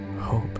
hope